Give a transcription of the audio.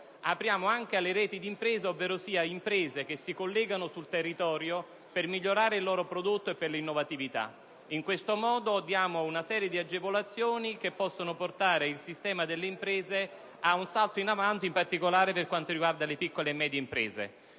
all'interno di un distretto, ovverosia alle imprese che si collegano sul territorio per migliorare il loro prodotto e per l'innovazione, una serie di agevolazioni che possono portare il sistema delle imprese a un salto in avanti, in particolare per quanto riguarda le piccole e medie imprese.